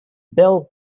bill